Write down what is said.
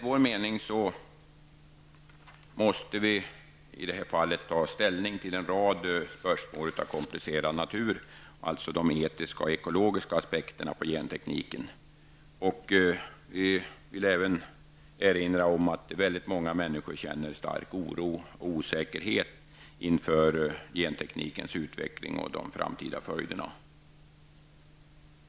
Vi måste i det här fallet alltså ta ställning till en rad spörsmål av, enligt vår mening, komplicerad art, nämligen de etiska och ekologiska aspekterna på gentekniken. Vi vill även erinra om att väldigt många människor känner stark oro och osäkerhet inför genteknikens utveckling och de framtida följderna.